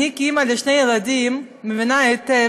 אני, כאימא לשני ילדים, מבינה היטב